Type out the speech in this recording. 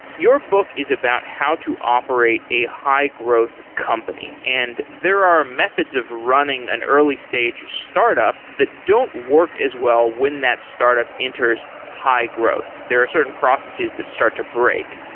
your book is about how to operate a high-growth company. and there are methods of running an early-stage startup that don't work as well when that startup enters high growth. there are certain processes that start to break.